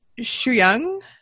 Shuyang